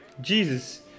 Jesus